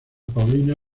paulina